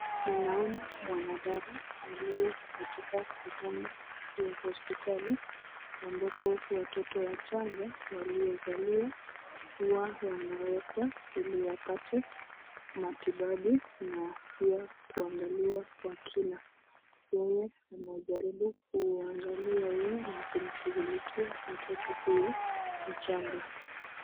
Ninaona mwanadada aliyekatika sehemu ya hospitali ambapo watoto wachanga hua wanawekwa ili wapate matibabu na pia kuangaliwa kwa kina. Yeye anajaribu kumshughulikia na kumuangalia mtoto huyu mchanga.